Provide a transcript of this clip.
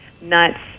nuts